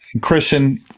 Christian